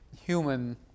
human